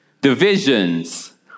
divisions